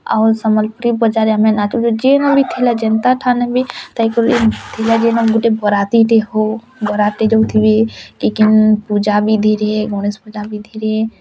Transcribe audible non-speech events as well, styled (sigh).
ଆଉ ସମ୍ୱଲପୁରୀ ବଜାରେ ଆମେ ନାଚି ଯିଏ ମୁଡ଼ି ଥିଲା ଯେମ୍ତା ଥାନେ ବି ଥାଇ କିରି (unintelligible) ଥିଲା ଗୋଟେ ବରାତିଟିଏ ହଉ ବରାତି ଯାଉଥିବେ କେ କେଉଁ ପୂଜା ବିଧିରେ ଗଣେଶ ପୂଜା ବିଧିରେ